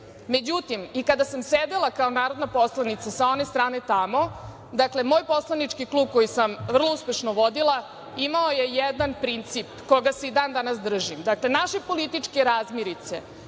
EU.Međutim, i kada sam sedela kao narodna poslanica sa one strane tamo, dakle moj poslanički klub koji sam vrlo uspešno vodila imao je jedan princip, koga se i dan danas držim. Dakle, naše političke razmirice